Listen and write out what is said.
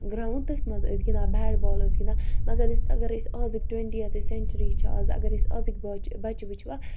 ground تٔتھۍ مَنٛز ٲسۍ گِندان بیٹ بال ٲسۍ گِندان مگر أسۍ اَگرے أسۍ اَزٕکۍ ٹُونٹیتھ سینچُری چھِ آزٕ اگر أسۍ آزٕکۍ بَچہٕ ؤچھ ووکھ